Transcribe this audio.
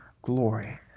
glory